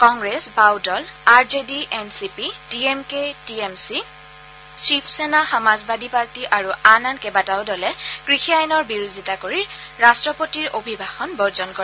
কংগ্ৰেছ বাওঁদল R J D N C P D M K T M C Shiv Sena Samajwadi Party আৰু আন কেইবাটাও দলে কৃষি আইনৰ বিৰোধিতা কৰি ৰাট্টপতিৰ অভিভাষণ বৰ্জন কৰে